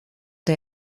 der